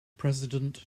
president